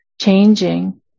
changing